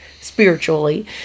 spiritually